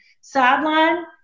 sideline